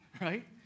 right